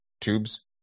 tubes